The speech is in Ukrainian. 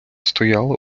стояла